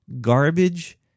garbage